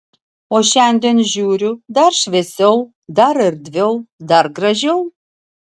o šiandien žiūriu dar šviesiau dar erdviau dar gražiau